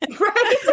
Right